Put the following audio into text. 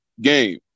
game